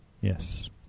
yes